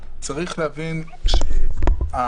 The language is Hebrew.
צריך להבין שהתקופה